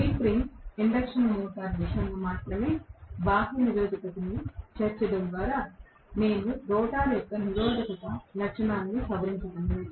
slip ring induction motor విషయంలో మాత్రమే బాహ్య నిరోధకతను చేర్చడం ద్వారా నేను రోటర్ యొక్క నిరోధక లక్షణాలను సవరించగలను